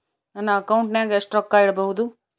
ನನ್ನ ಅಕೌಂಟಿನಾಗ ಎಷ್ಟು ರೊಕ್ಕ ಇಡಬಹುದು?